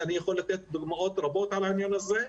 ואני יכול לתת דוגמאות רבות על העניין הזה.